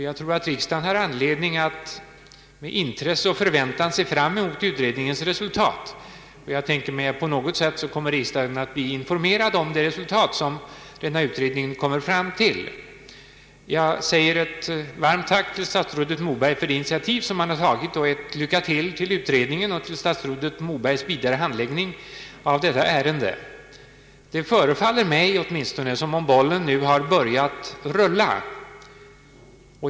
Jag tror att riksdagen har anledning att med intresse och förväntan se fram mot utredningens resultat. Jag tänker mig att riksdagen på något sätt blir informerad om detta resultat. Jag uttalar ett varmt tack till statsrådet Moberg för det initiativ han har tagit och ett lycka till åt utredningen och statsrådets vidare handläggning av detta ärende. Det förefaller mig som om bollen nu har börjat rulla.